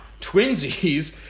twinsies